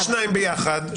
עוד לפני שניים ביחד,